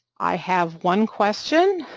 i have one question,